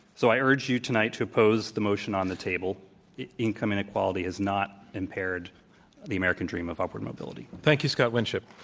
so, i urge you tonight to oppose the motion on the table income inequality has not impaired the american dream of upward mobility. thank you, scott winship.